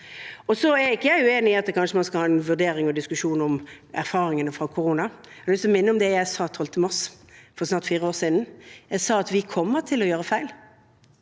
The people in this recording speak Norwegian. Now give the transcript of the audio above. Jeg er ikke uenig i at man kanskje skal ha en vurdering og en diskusjon om erfaringene fra koronapandemien. Jeg har lyst til å minne om det jeg sa 12. mars for snart fire år siden. Jeg sa at vi kommer til å gjøre feil